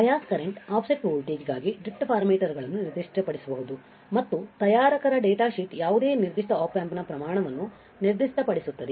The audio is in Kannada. ಬಯಾಸ್ ಕರೆಂಟ್ ಆಫ್ಸೆಟ್ ವೋಲ್ಟೇಜ್ಗಾಗಿ ಡ್ರಿಫ್ಟ್ ಪ್ಯಾರಾಮೀಟರ್ಗಳನ್ನು ನಿರ್ದಿಷ್ಟಪಡಿಸಬಹುದು ಮತ್ತು ತಯಾರಕರ ಡೇಟಾಶೀಟ್ ಯಾವುದೇ ನಿರ್ದಿಷ್ಟ Op Amp ನ ಪ್ರಮಾಣವನ್ನು ನಿರ್ದಿಷ್ಟಪಡಿಸುತ್ತದೆ